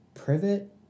Privet